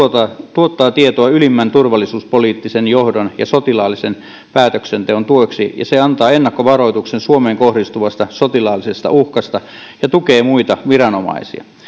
tuottaa tietoa ylimmän turvallisuuspoliittisen johdon ja sotilaallisen päätöksenteon tueksi ja se antaa ennakkovaroituksen suomeen kohdistuvasta sotilaallisesta uhkasta ja tukee muita viranomaisia